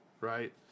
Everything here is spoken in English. right